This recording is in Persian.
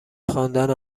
خواندن